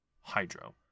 hydro